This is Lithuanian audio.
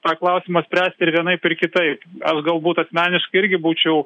tą klausimą spręsti ir vienaip ir kitaip aš galbūt asmeniškai irgi būčiau